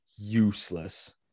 useless